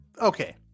Okay